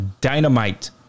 Dynamite